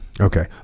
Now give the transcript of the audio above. Okay